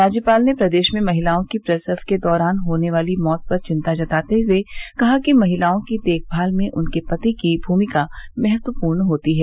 राज्यपाल ने प्रदेश में महिलाओं की प्रसव के दौरान होने वाली मौत पर चिन्ता जताते हए कहा कि महिलाओं की देखभाल में उनके पति की भूमिका महत्वपूर्ण होती है